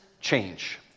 change